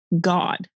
God